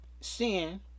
sin